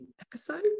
episode